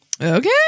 okay